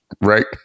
right